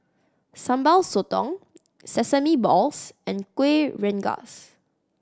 Sambal Sotong sesame balls and Kuih Rengas